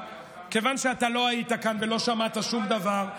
כיוון שאתה לא היית כאן ולא שמעת שום דבר,